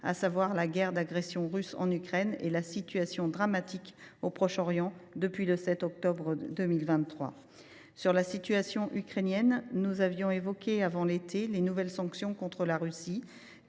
à savoir la guerre d’agression russe en Ukraine et la situation dramatique au Proche Orient depuis le 7 octobre 2023. Sur la situation ukrainienne, nous avons évoqué avant l’été les nouvelles sanctions contre la Russie.